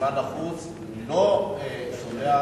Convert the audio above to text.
שמשרד החוץ לא שולח,